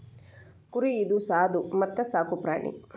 ಕುರಿ ಇದು ಸಾದು ಮತ್ತ ಸಾಕು ಪ್ರಾಣಿ